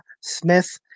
Smith